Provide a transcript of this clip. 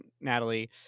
Natalie